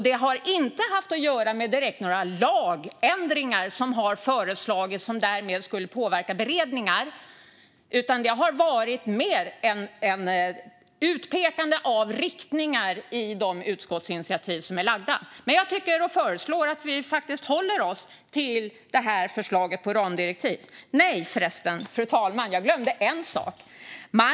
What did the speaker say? Dessa har inte direkt haft att göra med några lagändringar som har föreslagits och som därmed skulle påverka beredningar, utan det har mer varit utpekande av riktningar i de utskottsinitiativ som är lagda. Jag föreslår dock att vi faktiskt håller oss till förslaget om ramdirektiv. Förresten, jag glömde en sak, fru talman.